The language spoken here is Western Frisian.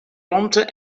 romte